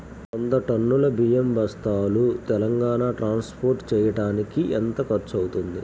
వంద టన్నులు బియ్యం బస్తాలు తెలంగాణ ట్రాస్పోర్ట్ చేయటానికి కి ఎంత ఖర్చు అవుతుంది?